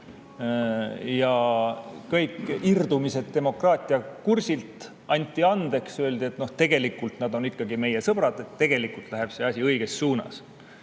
ja kõik irdumised demokraatia kursilt anti andeks. Öeldi, et tegelikult nad on ikkagi meie sõbrad, tegelikult läheb see asi õiges suunas.